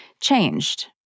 changed